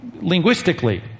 Linguistically